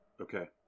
Okay